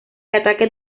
ataque